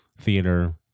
theater